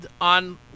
on